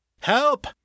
Help